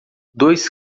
dois